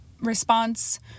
response